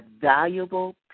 valuable